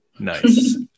nice